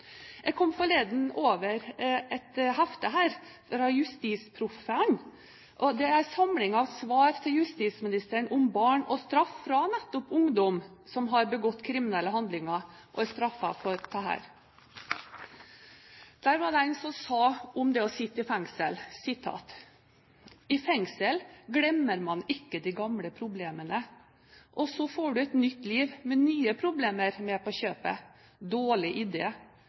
Jeg kom forleden over et hefte fra JustisProffene – en samling av svar til justisministeren om barn og straff fra nettopp ungdom som har begått kriminelle handlinger og er straffet for disse. Der var det en som sa om det å sitte i fengsel: I fengsel glemmer man ikke de gamle problemene. Og så får du et nytt liv med nye problemer på kjøpet, dårlig